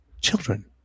children